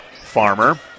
Farmer